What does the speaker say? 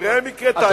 ראה מקרה טייבה.